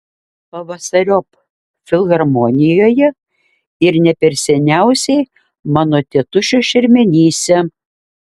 pavasariop filharmonijoje ir ne per seniausiai mano tėtušio šermenyse